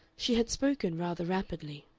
she had spoken rather rapidly.